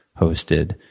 hosted